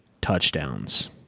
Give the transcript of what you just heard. touchdowns